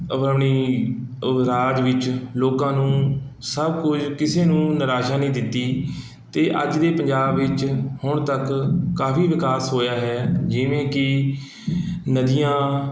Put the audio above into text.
ਆਪਣੀ ਰਾਜ ਵਿੱਚ ਲੋਕਾਂ ਨੂੰ ਸਭ ਕੁਝ ਕਿਸੇ ਨੂੰ ਨਿਰਾਸ਼ਾ ਨਹੀਂ ਦਿੱਤੀ ਅਤੇ ਅੱਜ ਦੇ ਪੰਜਾਬ ਵਿੱਚ ਹੁਣ ਤੱਕ ਕਾਫੀ ਵਿਕਾਸ ਹੋਇਆ ਹੈ ਜਿਵੇਂ ਕਿ ਨਦੀਆਂ